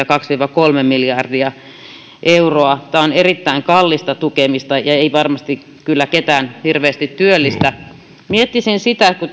kaksi viiva kolme miljardia euroa tästä vuodesta vuoteen kaksituhattakolmekymmentä tämä on erittäin kallista tukemista ja ei varmasti kyllä ketään hirveästi työllistä miettisin sitä kun